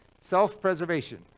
Self-preservation